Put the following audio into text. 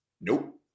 Nope